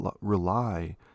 rely